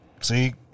See